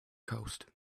coast